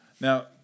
Now